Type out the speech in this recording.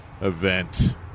event